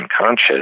unconscious